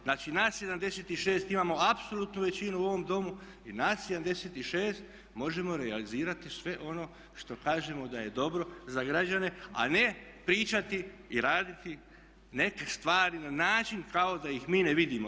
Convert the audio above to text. Znači nas 76 imamo apsolutnu većinu u ovom Domu i nas 76 možemo realizirati sve ono što kažemo da je dobro za građane, a ne pričati i raditi neke stvari na način kao da ih mi ne vidimo.